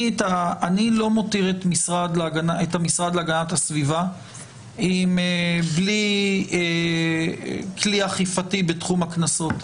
אני לא מכיר את המשרד להגנת הסביבה בלי כלי אכיפתי בתחום הקנסות.